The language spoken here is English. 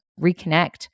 Reconnect